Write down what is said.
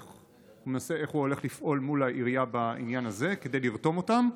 איך הוא הולך לפעול מול העירייה בעניין הזה כדי לרתום אותם?